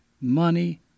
money